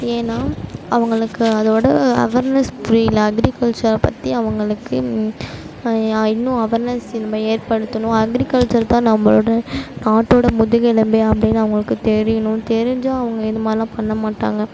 ஏன்னா அவங்களுக்கு அதோட அவர்னஸ் புரியல அக்ரிகல்ச்சரை பற்றி அவங்களுக்கு இன்னும் அவங்களுக்கு அவர்னஸ் நம்ம ஏற்படுத்தணும் அக்ரிகல்ச்சர் தான் நம்மளோட நாட்டோட முதுகெலும்பு அப்படினு அவங்களுக்கு தெரியணும் தெரிஞ்சால் அவங்க இதுமாதிரிலாம் பண்ணமாட்டாங்க